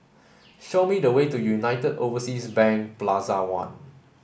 show me the way to United Overseas Bank Plaza One